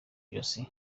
ijosi